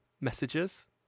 messages